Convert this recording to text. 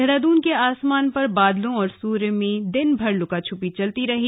देहरादून के आसमान पर बादलों और सूर्य में दिन भर लुका छिपी चलती रही